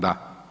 Da.